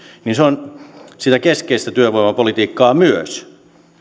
on sitä keskeistä työvoimapolitiikkaa myös